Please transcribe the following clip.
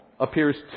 appears